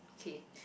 okay